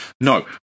No